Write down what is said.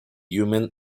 human